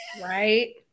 Right